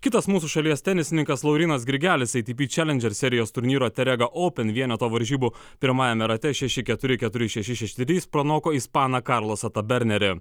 kitas mūsų šalies tenisininkas laurynas grigelis ei ti pi čialendžer serijos turnyro terega open vieneto varžybų pirmajame rate šeši keturi keturi šeši šeši du trys pranoko ispaną karlosatą bernerį